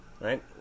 right